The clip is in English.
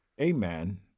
Amen